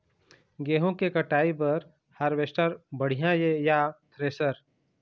गेहूं के कटाई बर हारवेस्टर बढ़िया ये या थ्रेसर?